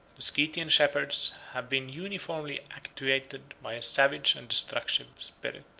the scythian shepherds have been uniformly actuated by a savage and destructive spirit.